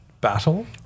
Battle